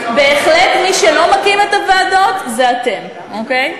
בהחלט, מי שלא מקים את הוועדות זה אתם, אוקיי?